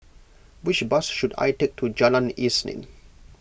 which bus should I take to Jalan Isnin